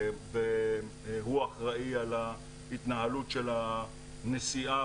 והוא אחראי על ההתנהלות של הנסיעה